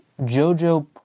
JoJo